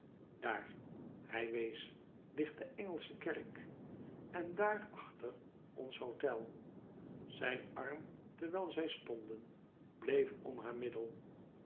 daar hij wees hgt de engelsche kerk en daar achter ons hotel zijn arm terwijl zij stonden bleef om haar middel